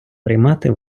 приймати